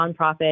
nonprofit